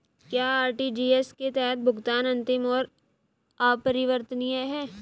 क्या आर.टी.जी.एस के तहत भुगतान अंतिम और अपरिवर्तनीय है?